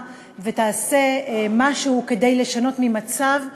ותעשה משהו כדי לשנות את המצב הנוכחי,